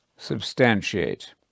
substantiate